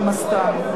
החמאסטן.